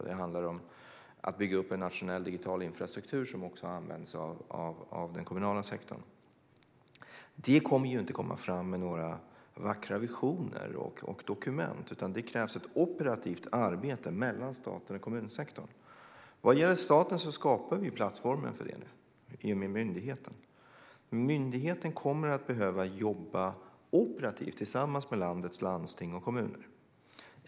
Det handlar om att bygga upp en nationell digital infrastruktur som också används av den kommunala sektorn. Det handlar inte om att komma fram med några vackra visioner och dokument, utan det krävs ett operativt arbete mellan staten och kommunsektorn. Vad gäller staten skapar vi nu plattformen för det i och med myndigheten. Men myndigheten kommer att behöva jobba operativt tillsammans med landets landsting och kommuner.